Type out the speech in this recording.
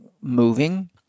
moving